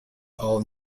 all